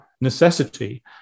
necessity